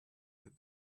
that